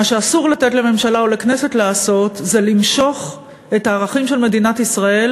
מה שאסור לתת לממשלה או לכנסת לעשות זה למשוך את הערכים של מדינת ישראל,